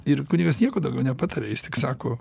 ir kunigas nieko daugiau nepataris jis tik sako